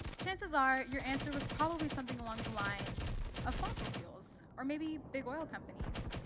chances are your answer was probably something along the lines of fossil fuels or maybe big oil companies.